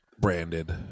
branded